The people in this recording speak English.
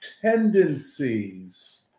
tendencies